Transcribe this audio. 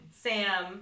Sam